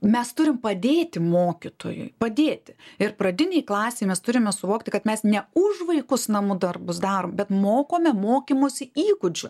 mes turim padėti mokytojui padėti ir pradinėj klasėj mes turime suvokti kad mes ne už vaikus namų darbus darom bet mokome mokymosi įgūdžių